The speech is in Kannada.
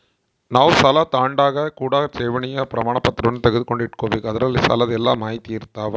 ನಾವು ಸಾಲ ತಾಂಡಾಗ ಕೂಡ ಠೇವಣಿಯ ಪ್ರಮಾಣಪತ್ರವನ್ನ ತೆಗೆದುಕೊಂಡು ಇಟ್ಟುಕೊಬೆಕು ಅದರಲ್ಲಿ ಸಾಲದ ಎಲ್ಲ ಮಾಹಿತಿಯಿರ್ತವ